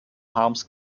harms